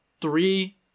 three